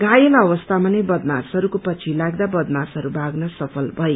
घायत अवस्थामा नै बदमाश्रहरूको पछि लाग्दो बदमाशहरू भाग्न सफल भए